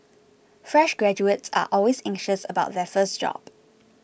fresh graduates are always anxious about their first job